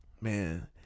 man